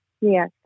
yes